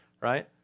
right